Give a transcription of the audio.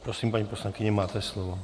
Prosím, paní poslankyně, máte slovo.